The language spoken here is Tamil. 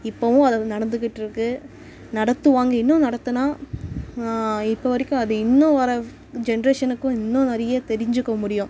இப்போவும் அது வந்து நடந்துக்கிட்டுருக்கு நடத்துவாங்க இன்னும் நடத்துனா இப்போ வரைக்கும் அது இன்னும் வரை ஜென்ரேஷனுக்கும் இன்றும் நிறைய தெரிஞ்சுக்க முடியும்